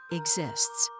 exists